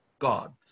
God